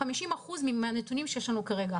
50% מהנתונים שיש לנו כרגע.